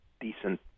decent